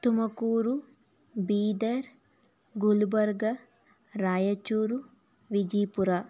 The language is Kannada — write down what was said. ತುಮಕೂರು ಬೀದರ್ ಗುಲ್ಬರ್ಗ ರಾಯಚೂರು ವಿಜಿಪುರ